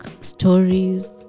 stories